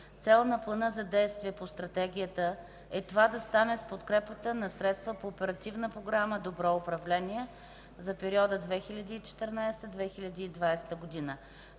Цел на Плана за действие по Стратегията е това да стане с подкрепата на средствата по Оперативна програма „Добро управление” (2014 – 2020 г.).